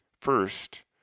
First